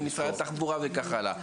ממשרד התחבורה וכך הלאה.